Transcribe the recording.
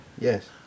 Yes